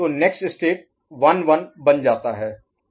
तो next state 1 1 बन जाता है